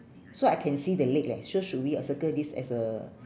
so I can see the leg leh so should we uh circle this as a